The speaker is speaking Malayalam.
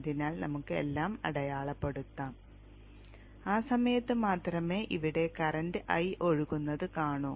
അതിനാൽ നമുക്ക് എല്ലാം അടയാളപ്പെടുത്താം ആ സമയത്ത് മാത്രമേ ഇവിടെ കറന്റ് I ഒഴുകുന്നത് കാണൂ